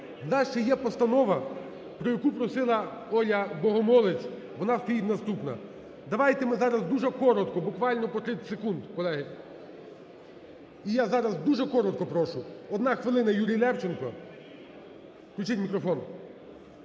у нас ще є постанова, про яку просила Оля Богомолець, вона стоїть наступна. Давайте ми зараз дуже коротко, буквально по 30 секунд, колеги. І я зараз дуже коротко прошу, одна хвилина Юрій Левченко, включіть мікрофон.